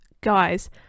guys